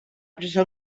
presó